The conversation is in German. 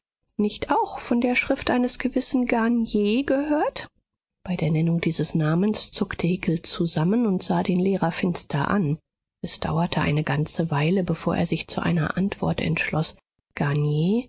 nicht auch von der schrift eines gewissen garnier gehört bei der nennung dieses namens zuckte hickel zusammen und sah den lehrer finster an es dauerte eine ganze weile bevor er sich zu einer antwort entschloß